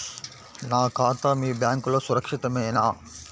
నా ఖాతా మీ బ్యాంక్లో సురక్షితమేనా?